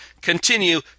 Continue